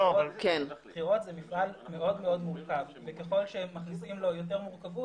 בחירות זה מפעל מאוד מאוד מורכב וככל שמכניסים לו יותר מורכבות,